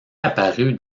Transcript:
apparue